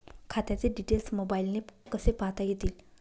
खात्याचे डिटेल्स मोबाईलने कसे पाहता येतील?